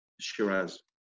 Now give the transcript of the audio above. Shiraz